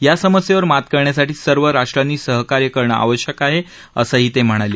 या समस्येवर मात करण्यासाठी सर्व राष्ट्रांनी सहकार्य करणं आवश्यक आहे असंही ते म्हणाले